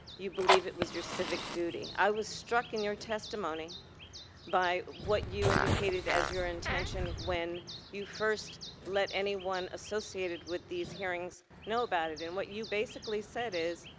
you believe it was your civic duty. i was struck in your testimony by what you indicated as your intention when you first let anyone associated with these hearings know about it, and what you basically said is,